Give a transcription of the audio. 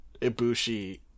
Ibushi